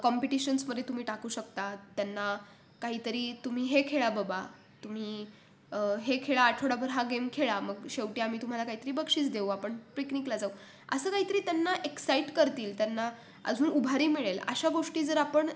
कॉम्पिटिशन्समध्ये तुम्ही टाकू शकता त्यांना काही तरी तुम्ही हे खेळा बाबा तुम्ही हे खेळा आठवड्याभर हा गेम खेळा मग शेवटी आम्ही तुम्हाला काहीतरी बक्षीस देऊ आपण पिकनिकला जाऊ असं काही तरी त्यांना एक्साईट करतील त्यांना अजून उभारी मिळेल अशा गोष्टी जर आपण